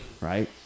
right